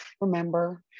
remember